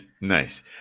Nice